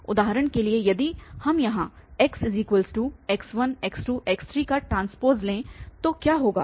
उदाहरण के लिए यदि हम यहाँ xx1 x2 x3T लें तो क्या होगा